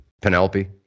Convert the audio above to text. Penelope